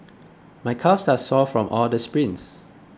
my calves are sore from all the sprints